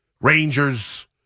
Rangers